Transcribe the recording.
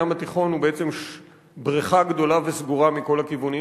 הים התיכון הוא בעצם בריכה גדולה וסגורה מכל הכיוונים,